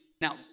Now